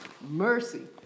mercy